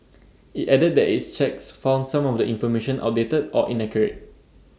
IT added that its checks found some of the information outdated or inaccurate